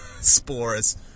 spores